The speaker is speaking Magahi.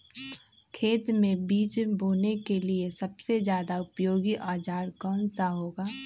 खेत मै बीज बोने के लिए सबसे ज्यादा उपयोगी औजार कौन सा होगा?